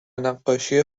نقاشی